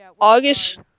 August